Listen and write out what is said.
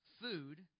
food